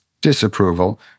disapproval